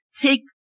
take